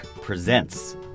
Presents